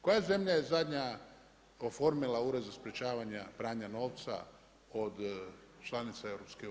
Koja zemlja je zadnja oformila Ured za sprječavanje pranja novca od članica EU?